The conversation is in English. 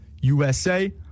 USA